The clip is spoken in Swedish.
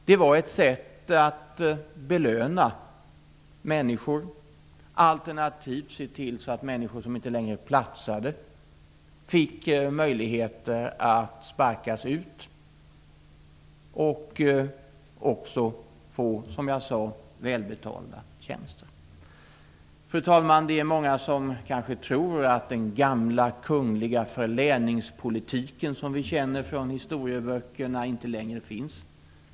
Det var ett sätt att belöna människor, alternativt att se till så att man fick möjlighet att sparka ut människor som inte längre platsade men att ändå ge dem välbetalda tjänster. Fru talman! Det är många som kanske tror att den gamla kungliga förläningspolitiken, som vi känner från historieböckerna, inte längre finns.